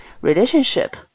relationship